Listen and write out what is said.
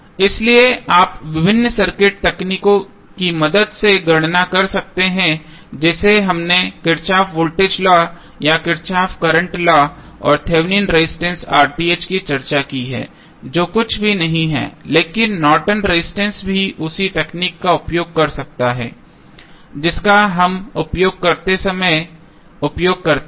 इसलिए आप विभिन्न सर्किट तकनीकों की मदद से गणना कर सकते हैं जैसे हमने किरचॉफ वोल्टेज लॉ या किरचॉफ करंट लॉ और थेवेनिन रेजिस्टेंस की चर्चा की है जो कुछ भी नहीं है लेकिन नॉर्टन रेजिस्टेंस Nortons resistance भी उसी तकनीक का उपयोग कर सकता है जिसका हम उपयोग करते समय उपयोग करते हैं